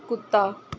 ਕੁੱਤਾ